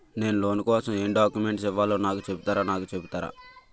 నేను లోన్ కోసం ఎం డాక్యుమెంట్స్ ఇవ్వాలో నాకు చెపుతారా నాకు చెపుతారా?